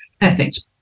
perfect